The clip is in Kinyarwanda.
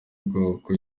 bwoko